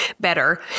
better